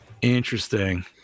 Interesting